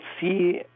see